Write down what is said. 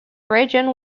region